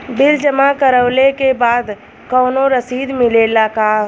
Bill जमा करवले के बाद कौनो रसिद मिले ला का?